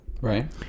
right